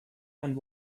and